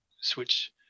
switch